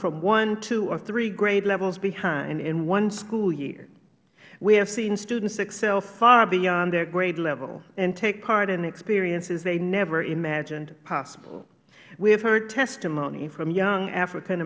from one two or three grade levels behind in one school year we have seen students excel far beyond their grade level and take part in experiences they never imagined possible we have heard testimony from young african